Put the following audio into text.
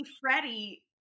Freddie